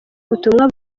ubutumwa